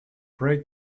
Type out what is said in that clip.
break